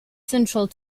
central